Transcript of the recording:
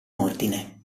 ordine